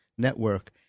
network